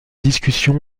discussions